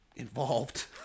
involved